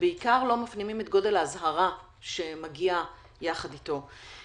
ובעיקר לא מפנימים את גודל האזהרה שמגיעה יחד איתו.